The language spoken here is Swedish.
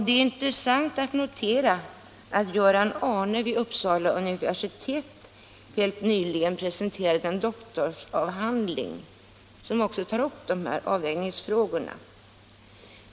Det är intressant att notera att Göran Ahrne vid Uppsala universitet helt nyligen presenterade en doktorsavhandling, som tar upp dessa avvägningsfrågor.